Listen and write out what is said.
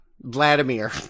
Vladimir